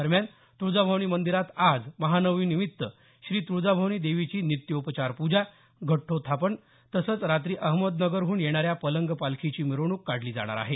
दरम्यान तुळजाभवानी मंदिरात आज महानवमी निमित्त श्री तुळजाभवानी देवीची नित्योपचार पूजा घटोत्थापन तसंच रात्री अहमदनगरहून येणाऱ्या पलंग पालखीची मिरवणूक काढली जाणार आहे